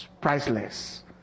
priceless